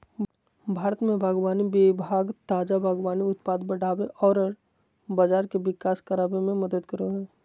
भारत में बागवानी विभाग ताजा बागवानी उत्पाद बढ़ाबे औरर बाजार के विकास कराबे में मदद करो हइ